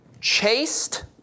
Chased